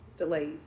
delays